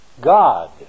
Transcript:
God